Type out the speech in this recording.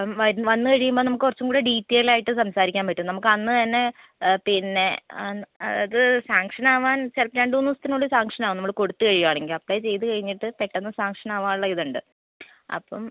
അപ്പം വര് വന്ന് കഴിയുമ്പോൾ നമുക്ക് കുറച്ചും കൂടെ ഡീറ്റെയിൽ ആയിട്ട് സംസാരിക്കാൻ പറ്റും നമുക്ക് അന്ന് തന്നെ പിന്നെ അത് സാങ്ഷൻ ആവാൻ ചിലപ്പോൾ രണ്ടുമൂന്ന് ദിവസത്തിനുള്ളിൽ സാങ്ഷൻ ആവും നമ്മൾ കൊടുത്ത് കഴിയുവാണെങ്കിൽ അപ്ലൈ ചെയ്ത് കഴിഞ്ഞിട്ട് പെട്ടെന്ന് സാങ്ഷൻ ആവാനുള്ള ഇതുണ്ട് അപ്പം